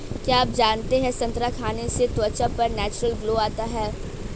क्या आप जानते है संतरा खाने से त्वचा पर नेचुरल ग्लो आता है?